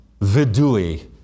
Vidui